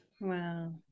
Wow